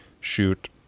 shoot